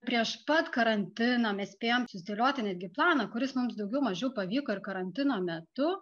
prieš pat karantiną mes spėjom susidėlioti netgi planą kuris mums daugiau mažiau pavyko ir karantino metu